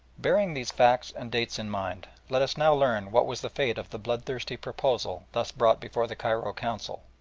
bearing these facts and dates in mind, let us now learn what was the fate of the bloodthirsty proposal thus brought before the cairo council,